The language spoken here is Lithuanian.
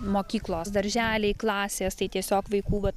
mokyklos darželiai klasės tai tiesiog vaikų va